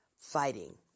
fighting